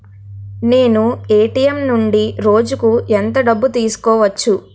నేను ఎ.టి.ఎం నుండి రోజుకు ఎంత డబ్బు తీసుకోవచ్చు?